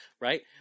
right